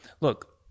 look